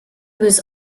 was